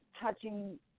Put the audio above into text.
touching